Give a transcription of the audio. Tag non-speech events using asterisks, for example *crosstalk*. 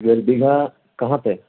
*unintelligible* کہاں پہ